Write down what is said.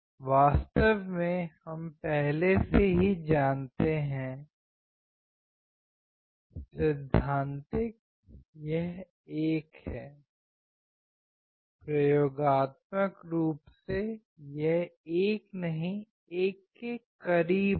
वास्तव में हम पहले से ही जानते हैं सैद्धांतिक यह 1 है प्रयोगात्मक रूप से यह 1 नहीं 1 के करीब होगा